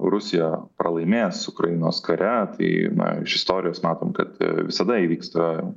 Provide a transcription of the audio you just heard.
rusija pralaimės ukrainos kare tai iš istorijos matom kad visada įvyksta